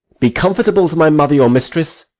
be comfortable to my mother, your mistress,